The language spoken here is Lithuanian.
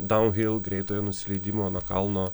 daunhyl greitojo nusileidimo nuo kalno